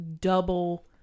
double